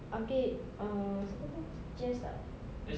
update uh siapa itu jess tak